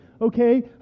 okay